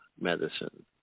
medicine